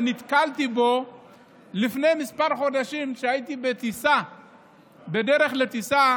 ונתקלתי בו לפני כמה חודשים כשהייתי בדרך לטיסה